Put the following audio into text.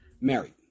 married